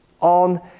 on